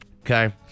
Okay